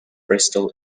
bristol